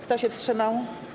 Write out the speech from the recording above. Kto się wstrzymał?